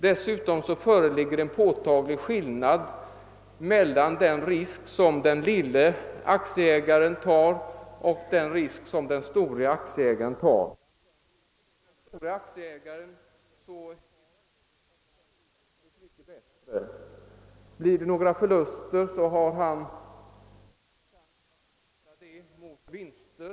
Det föreligger också en påtaglig skillnad mellan den risk som den lille aktieägaren tar och den risk som den store aktieägaren utsätter sig för. För den store aktieägaren är möjligheterna väsentligt bättre. Om han gör några förluster, har han möjlighet att kvitta dessa mot vinster.